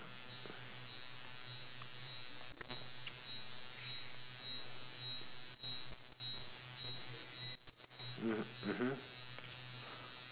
mm mmhmm